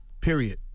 period